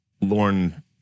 Lauren